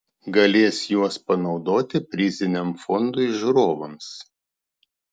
galės juos panaudoti priziniam fondui žiūrovams